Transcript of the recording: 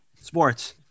Sports